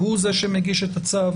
שהוא זה שמגיש את הצו.